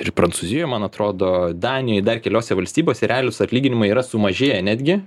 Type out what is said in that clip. ir prancūzijoj man atrodo danijoj dar keliose valstybėse realūs atlyginimai yra sumažėję netgi